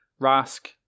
Rask